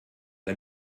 ein